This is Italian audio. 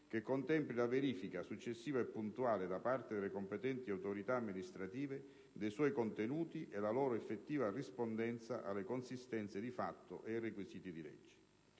che contempli la verifica, successiva e puntuale da parte delle competenti autorità amministrative, dei suoi contenuti e la loro effettiva rispondenza alle consistenze di fatto e ai requisiti di legge.